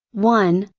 one,